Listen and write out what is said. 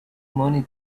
money